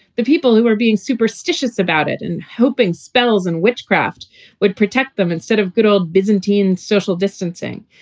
the people who are being superstitious about it and hoping spells and witchcraft would protect them instead of good old business teen social distancing.